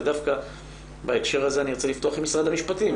ודווקא בהקשר הזה אני אבקש לפתוח עם משרד המשפטים